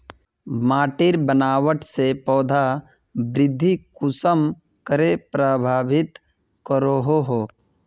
माटिर बनावट से पौधा वृद्धि कुसम करे प्रभावित करो हो?